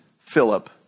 Philip